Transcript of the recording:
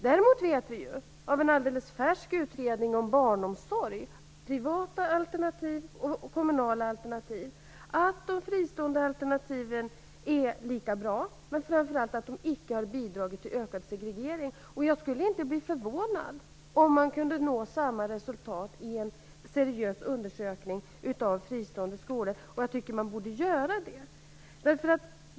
Däremot vet vi av en alldeles färsk utredning om barnomsorg - privata alternativ och kommunala alternativ - att de fristående alternativen är lika bra, men framför allt att de icke har bidragit till ökad segregering. Jag skulle inte bli förvånad om man kunde nå samma resultat i en seriös undersökning av fristående skolor. Jag tycker att man borde göra det.